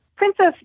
Princess